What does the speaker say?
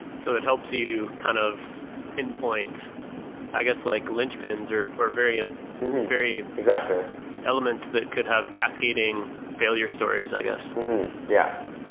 so it helps you kind of pinpoint, i guess like linchpins or or very ah very elements that could have cascading failure stories, i guess yeah.